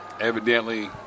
Evidently